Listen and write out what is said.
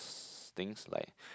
things like